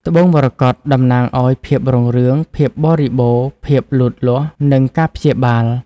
ត្បូងមរកត តំណាងឱ្យ ភាពរុងរឿង ភាពបរិបូរណ៍ ភាពលូតលាស់ និងការព្យាបាល។